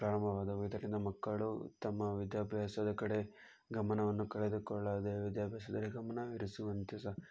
ಪ್ರಾರಂಭವಾದವು ಇದರಿಂದ ಮಕ್ಕಳು ತಮ್ಮ ವಿದ್ಯಾಭ್ಯಾಸದ ಕಡೆ ಗಮನವನ್ನು ಕಳೆದುಕೊಳ್ಳದೇ ವಿದ್ಯಾಭ್ಯಾಸದಲ್ಲಿ ಗಮನಹರಿಸುವಂತೆ ಸ